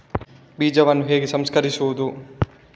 ಬೀಜವನ್ನು ಹೇಗೆ ಸಂಸ್ಕರಿಸುವುದು?